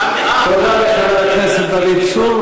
תודה לחבר הכנסת דוד צור.